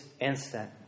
instant